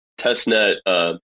testnet